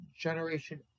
Generation